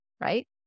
right